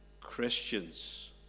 Christians